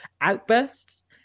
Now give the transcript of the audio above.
Outbursts